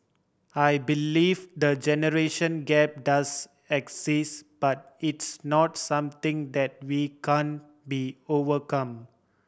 I believe the generation gap does exists but it's not something that we can be overcome